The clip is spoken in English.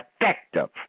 effective